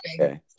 okay